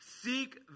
seek